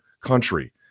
country